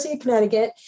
Connecticut